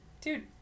dude